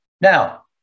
Now